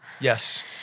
Yes